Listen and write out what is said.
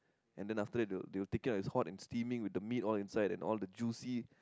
and then after that they will they will take it out it's hot and steaming with the meat all inside and all the juicy